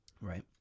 Right